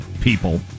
people